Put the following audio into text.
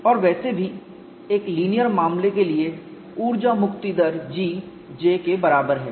और वैसे भी एक लीनियर मामले के लिए ऊर्जा मुक्ति दर G J के बराबर है